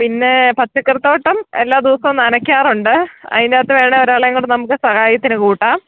പിന്നേ പച്ചക്കറി തോട്ടം എല്ലാ ദിവസവും നനയ്ക്കാറുണ്ട് അതിനകത്ത് വേണേൽ ഒരാളേയും കൂടെ നമുക്ക് സഹായത്തിന് കൂട്ടാം